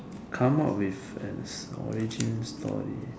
come up with an origin story